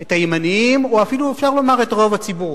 את הימנים, או אפילו אפשר לומר את רוב הציבור.